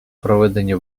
проведення